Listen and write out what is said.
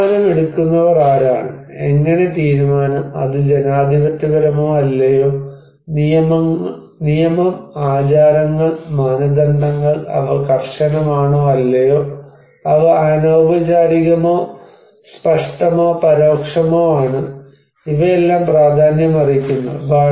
തീരുമാനമെടുക്കുന്നവർ ആരാണ് എങ്ങനെ തീരുമാനം അത് ജനാധിപത്യപരമോ അല്ലയോ നിയമം ആചാരങ്ങൾ മാനദണ്ഡങ്ങൾ അവ കർശനമാണോ അല്ലയോ അവ അനൌപചാരികമോ സ്പഷ്ടമോ പരോക്ഷമോ ആണ് ഇവയെല്ലാം പ്രാധാന്യമർഹിക്കുന്നു